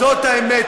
זאת האמת,